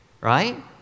Right